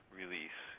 release